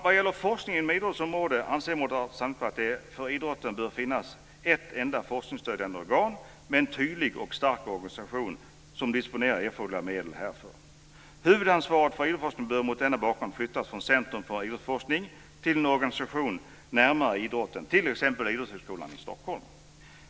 Vad gäller forskning inom idrottsområdet anser Moderata samlingspartiet att det för idrotten bör finnas ett enda forskningsstödjande organ med en tydlig och stark organisation och att det bör disponera erforderliga medel härför. Huvudansvaret för idrottsforskning bör mot denna bakgrund flyttas från Centrum för idrottsforskning till en organisation närmare idrotten, t.ex. Idrottshögskolan i Stockholm.